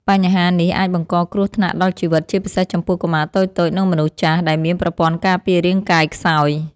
បញ្ហានេះអាចបង្កគ្រោះថ្នាក់ដល់ជីវិត ជាពិសេសចំពោះកុមារតូចៗ និងមនុស្សចាស់ ដែលមានប្រព័ន្ធការពាររាងកាយខ្សោយ។